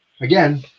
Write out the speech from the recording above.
again